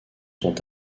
sont